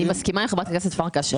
מסכימה עם חברת הכנסת פרקש.